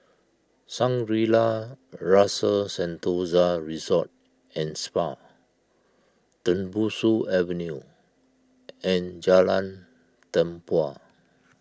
Shangri La's Rasa Sentosa Resort and Spa Tembusu Avenue and Jalan Tempua